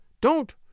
Don't